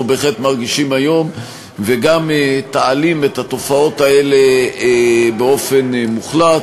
בהחלט מרגישים היום וגם תעלים את התופעות האלה באופן מוחלט,